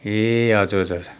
ए हजुर हजुर